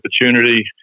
opportunity